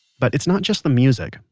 but it's not just the music.